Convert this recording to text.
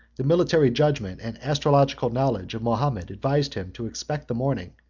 the military judgment and astrological knowledge of mahomet advised him to expect the morning,